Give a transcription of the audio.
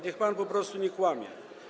Niech pan po prostu nie kłamie.